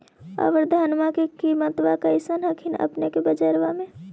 अबर धानमा के किमत्बा कैसन हखिन अपने के बजरबा में?